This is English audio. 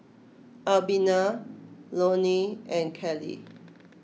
Albina Lonie and Callie